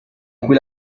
cui